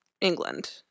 England